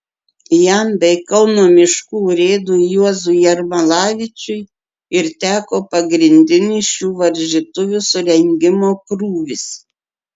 jam bei kauno miškų urėdui juozui jermalavičiui ir teko pagrindinis šių varžytuvių surengimo krūvis